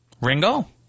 Ringo